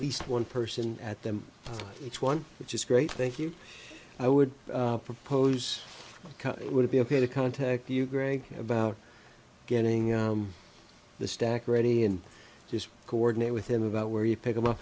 least one person at them each one which is great thank you i would propose would be ok to contact you greg about getting the stack ready and just coordinate with him about where you pick them up